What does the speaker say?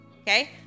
okay